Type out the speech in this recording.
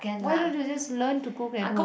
why don't you just learn to go back home